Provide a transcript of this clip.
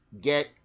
get